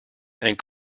and